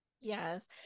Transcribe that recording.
yes